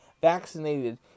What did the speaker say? vaccinated